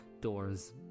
door's